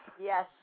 Yes